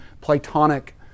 Platonic